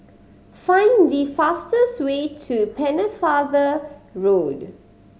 find the fastest way to Pennefather Road